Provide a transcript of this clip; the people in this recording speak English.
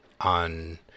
on